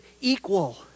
equal